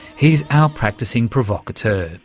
he's our practising provocateur.